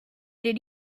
did